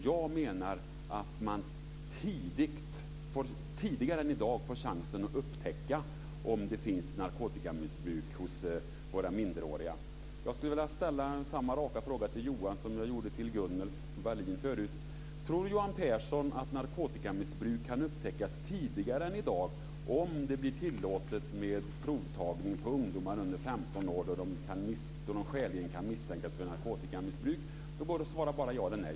Jag menar att man därmed tidigare än i dag får chansen att upptäcka om det förekommer narkotikamissbruk hos våra minderåriga. Jag skulle vilja ställa samma raka fråga till Johan Pehrson som jag ställde till Gunnel Wallin: Tror Johan Pehrson att narkotikamissbruk kan upptäckas tidigare än i dag om det blir tillåtet med provtagning på ungdomar under 15 år då de skäligen kan misstänkas för narkotikamissbruk? Det går att bara svara ja eller nej.